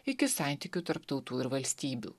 iki santykių tarp tautų ir valstybių